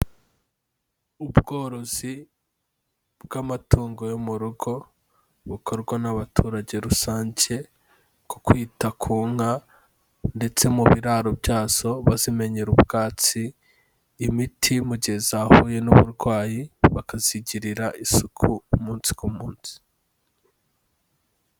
Ubworozi bw'amatungo yo mu rugo bukorwa n'abaturage rusange, ku kwita ku nka ndetse mu biraro byazo bazimenyera ubwatsi, imiti mu gihe zahuye n'uburwayi bakazigirira isuku umunsi ku munsi.